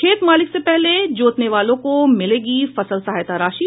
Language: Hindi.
खेत मालिक से पहले जोतने वालों को मिलेगी फसल सहायता राशि